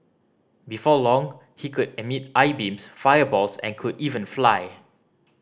before long he could emit eye beams fireballs and could even fly